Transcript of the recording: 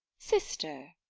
sister,